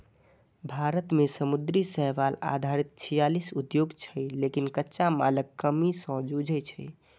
भारत मे समुद्री शैवाल आधारित छियालीस उद्योग छै, लेकिन कच्चा मालक कमी सं जूझै छै